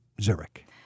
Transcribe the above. Zurich